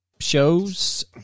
shows